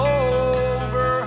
over